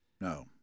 No